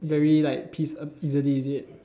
very like pissed off easily is it